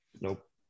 nope